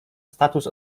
status